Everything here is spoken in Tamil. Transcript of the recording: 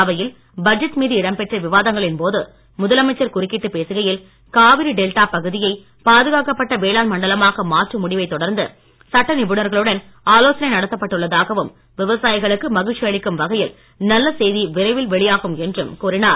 அவையில் பட்ஜெட் மீது இடம்பெற்ற விவாதங்களின் போது முதலமைச்சர் குறுக்கீட்டு பேசுகையில் காவிரி டெல்டா பகுதியை பாதுகாக்கப்பட்ட வேளாண் மண்டலமாக மாற்றும் முடிவை தொடர்ந்து சட்ட நிபுணர்களுடன் ஆலோசனை நடத்தப் பட்டுள்ளதாகவும் விவசாயிகளுக்கு மகிழ்ச்சி அளிக்கும் வகையில் நல்ல செய்தி விரைவில் வெளியாகும் என்றும் கூறினார்